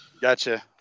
Gotcha